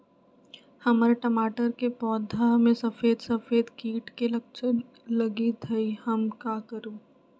हमर टमाटर के पौधा में सफेद सफेद कीट के लक्षण लगई थई हम का करू?